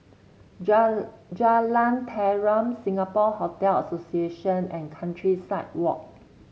Jalan Tarum Singapore Hotel Association and Countryside Walk